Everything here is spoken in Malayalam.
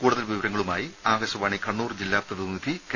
കൂടുതൽ വിവരങ്ങളുമായി ആകാശവാണി കണ്ണൂർ ജില്ലാ പ്രതിനിധി കെ